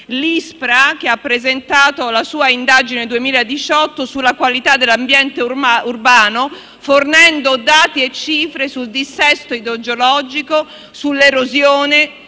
l'ISPRA, che ha presentato la sua indagine 2018 sulla qualità dell'ambiente urbano, fornendo dati e cifre sul dissesto idrogeologico, sull'erosione,